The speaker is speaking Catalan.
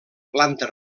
planta